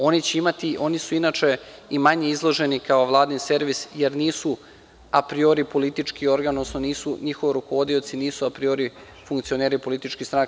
Oni su, inače, i manje izloženi kao Vladin servis jer nisu apriori politički organ, odnosno njihovi rukovodioci nisu apriori funkcioneri političkih stranki.